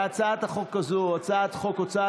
להצעת החוק הזו הוצמדה הצעת חוק ההוצאה